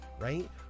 right